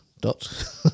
dot